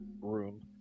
room